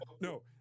No